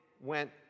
went